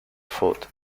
foot